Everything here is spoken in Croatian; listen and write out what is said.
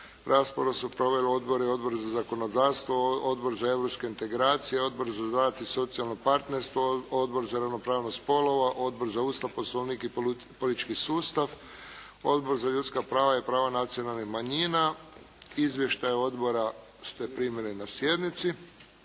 Raspravu su proveli odbori, Odbor za zakonodavstvo, Odbor za europske integracije, Odbor za rad i socijalno partnerstvo, Odbor za ravnopravnost spolova, Odbor za Ustav, Poslovnik i politički sustav, Odbor za ljudska prava i prava nacionalnih manjina. Izvještaje odbora ste primili na sjednici.